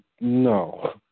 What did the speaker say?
no